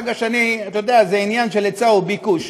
זה עניין של היצע וביקוש,